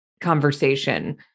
conversation